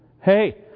Hey